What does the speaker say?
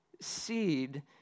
seed